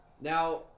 Now